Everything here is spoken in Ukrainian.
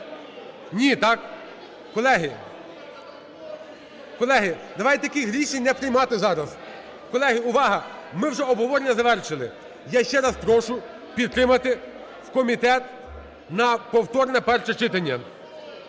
Ні, так? Колеги, колеги, давайте таких рішень не приймати зараз. Колеги, увага! Ми вже обговорення завершили. Я ще раз прошу підтримати в комітет на повторне перше читання.